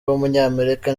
w’umunyamerika